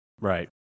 Right